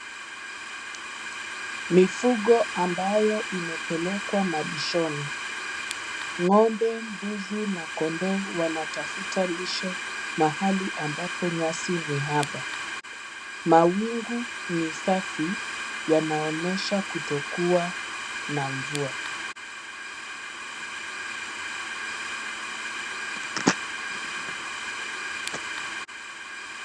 Mifugo ambayo imepelekwa malishoni.Ng'ombe, mbuzi na kondoo wanatafuta lishe mahali ambapo nyasi ni haba. Mawingu ni safi, yanaonyesha kutokuwa na mvua.